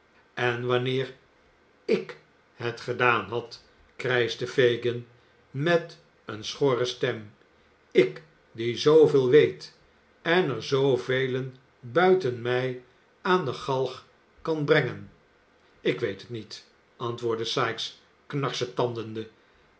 en wanneer ik het gedaan had krijschte fagin met eene schorre stem ik die zooveel weet en er zoovelen buiten mij aan de galg kan brengen ik weet het niet antwoordde sikes knarsetandende